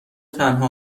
تنها